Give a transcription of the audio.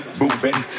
moving